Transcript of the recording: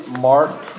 Mark